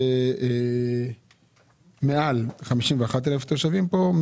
מעל 51,000 תושבים פה,